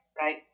Right